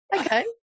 okay